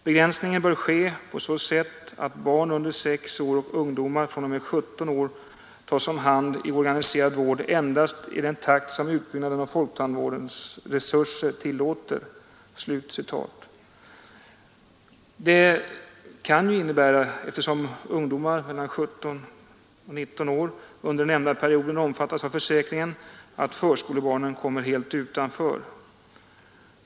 Begränsningen bör ske på så sätt att barn under 6 år och ungdomar fr.o.m. 17 år tas om hand i organiserad vård endast i den takt som utbyggnaden av folktandvårdens resurser tillåter.” Detta kan ju innebära, eftersom ungdomar mellan 17 och 19 år under den nämnda perioden omfattas av försäkringen, att förskolebarnen kommer helt utanför.